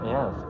Yes